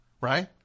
Right